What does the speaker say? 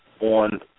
on